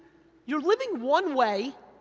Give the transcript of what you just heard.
you're living one way,